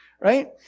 Right